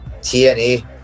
TNA